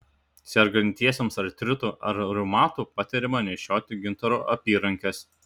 sergantiesiems artritu ar reumatu patariama nešioti gintaro apyrankes